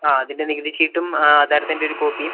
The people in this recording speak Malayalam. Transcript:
ആ അതിൻ്റെ നികുതി ചീട്ടും ആധാരത്തിൻ്റെ ഒരു കോപിയും